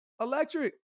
Electric